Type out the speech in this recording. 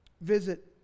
visit